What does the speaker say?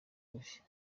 bushya